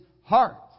heart